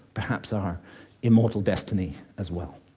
perhaps our immortal destiny as well.